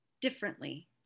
differently